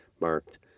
marked